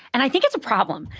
and i think it's a problem.